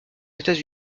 états